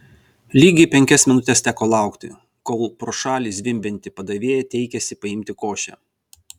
lygiai penkias minutes teko laukti kol pro šalį zvimbianti padavėja teikėsi paimti košę